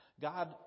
God